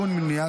(תיקון,